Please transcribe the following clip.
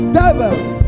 devils